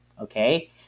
okay